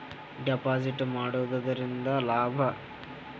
Deposit ಮಾಡುದರಿಂದ ಏನು ಲಾಭ?